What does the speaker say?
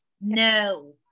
no